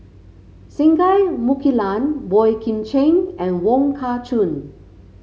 Singai Mukilan Boey Kim Cheng and Wong Kah Chun